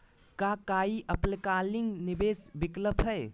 का काई अल्पकालिक निवेस विकल्प हई?